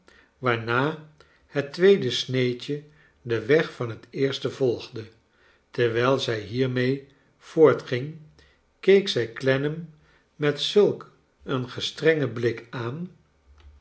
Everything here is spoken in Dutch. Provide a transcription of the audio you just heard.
waarna het tweede sneedje den weg van het eerste volgde terwijl zij hiermee voor t giu g keek zij clennam met zulk een gestrengen blik aan